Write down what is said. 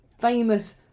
famous